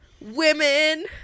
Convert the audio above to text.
Women